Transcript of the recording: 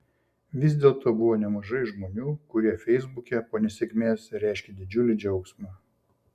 vis dėlto buvo nemažai žmonių kurie feisbuke po nesėkmės reiškė didžiulį džiaugsmą